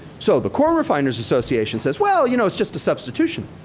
so, the corn refiners association says, well, you know it's just a substitution.